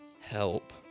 help